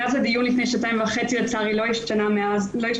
מאז הדיון לפני שנתיים וחצי לצערי לא השתנה הרבה,